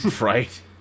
Right